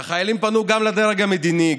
והחיילים פנו גם לדרג המדיני,